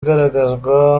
igaragazwa